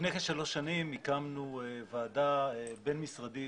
לפני כשלוש שנים הקמנו ועדה בין-משרדית